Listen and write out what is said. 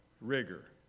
rigor